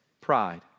pride